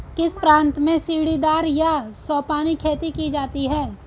किस प्रांत में सीढ़ीदार या सोपानी खेती की जाती है?